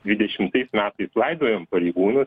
dvidešimtais metais laidojom pareigūnus